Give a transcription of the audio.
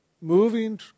moving